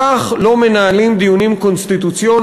כך לא מנהלים דיונים קונסטיטוציוניים.